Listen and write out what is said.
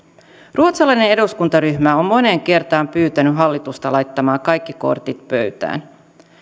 ruotsalainen eduskuntaryhmä on moneen kertaan pyytänyt hallitusta laittamaan kaikki kortit pöytään